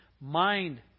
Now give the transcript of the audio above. mind